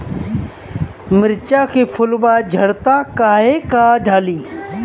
मिरचा के फुलवा झड़ता काहे का डाली?